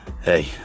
Hey